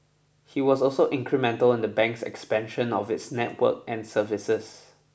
he was also incremental in the bank's expansion of its network and services